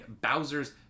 bowser's